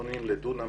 מלפפונים לדונם